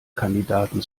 kandidaten